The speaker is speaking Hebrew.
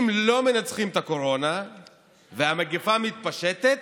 אם לא מנצחים את הקורונה והמגפה מתפשטת,